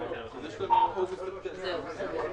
(פטור מתשלום דמי ביטוח למעסיק שעובדו שהה בחופשה